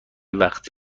وقت